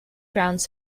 grounds